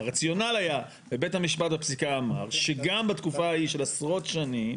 הרציונל היה ובית המשפט בפסיקה אמר שגם בתקופה ההיא של עשרות שנים,